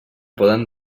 poden